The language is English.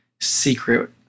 secret